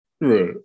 Right